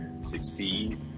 succeed